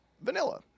Vanilla